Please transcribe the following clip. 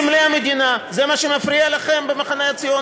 יש בחוק: חוץ מהמשפטים האלה,